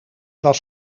was